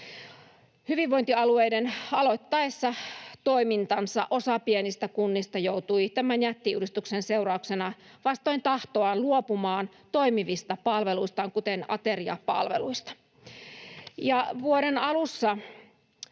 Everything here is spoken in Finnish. hyvinvointialueiden aloittaessa toimintansa osa pienistä kunnista joutui tämän jättiuudistuksen seurauksena vastoin tahtoaan luopumaan toimivista palveluistaan kuten ateriapalveluista. Vuoden alussa